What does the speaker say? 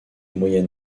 moyen